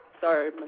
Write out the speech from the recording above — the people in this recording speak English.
Sorry